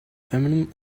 feminine